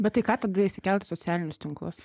bet tai ką tada įsikelt į socialinius tinklus